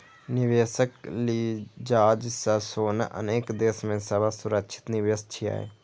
निवेशक लिजाज सं सोना अनेक देश मे सबसं सुरक्षित निवेश छियै